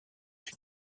une